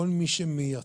כל מי שמייצג